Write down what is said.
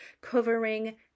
covering